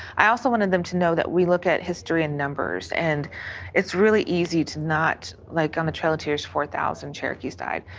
i also wanted them to know that we look at history in numbers and it's really easy to not, like on the trail of tears four thousand cherokees died.